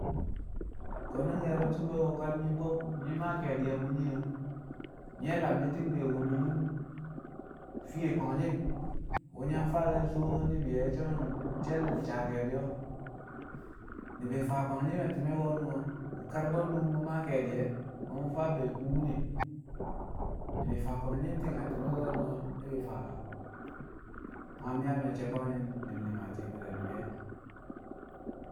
Ko̱ nang yaara shuuba ko̱ kwad nyi̱ maa ke̱e̱di̱ a mu̱n shi̱no̱ nyi̱ we̱ lamshi̱ ti̱ng be̱ wum nyinum fiye kwangshi̱n wu̱ nyi̱ yang faake̱l tu̱u̱ ni̱bi̱ nye̱shi̱ so̱ she̱l saa ke̱e̱di̱ o̱, ni̱bi̱ faa kwangshi̱n a ti̱me̱ ko̱nu̱n kar bwe̱ndo̱ mu̱ maa ke̱e̱di̱ e̱ maam mu̱ faa kubine ni̱bi̱ faa kwangshi̱n a ti̱me̱ ko̱nu̱n ni̱bi̱ faa maam yaa me̱cce̱ ne̱m ne̱m a ti̱i̱bi̱r re̱ ni̱bi̱ e̱,